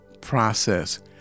process